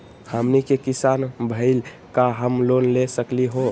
हमनी के किसान भईल, का हम लोन ले सकली हो?